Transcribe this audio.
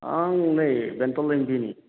आं नै बेंथल एमबिनि